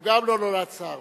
הוא גם לא נולד שר.